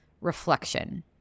reflection